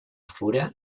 fura